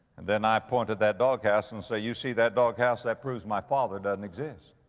and then i point at that dog house and say, you see that dog house? that proves my father doesn't exist.